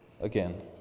again